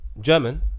German